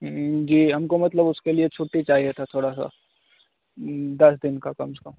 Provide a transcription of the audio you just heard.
जी हमको मतलब उसके लिए छुट्टी चाहिए था थोड़ा सा दस दिन का कम से कम